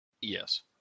Yes